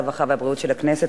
הרווחה והבריאות של הכנסת,